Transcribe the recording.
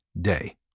day